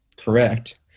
Correct